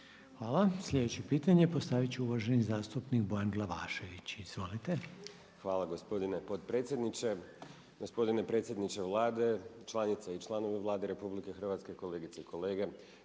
Hvala. Sljedeće pitanje postaviti će uvaženi zastupnik Bojan Glavašević. Izvolite. **Glavašević, Bojan (SDP)** Hvala gospodine potpredsjedniče, gospodine predsjedniče Vlade, članice i članovi Vlade RH, kolegice i kolege.